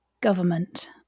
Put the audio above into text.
government